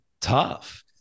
tough